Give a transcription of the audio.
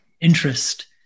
interest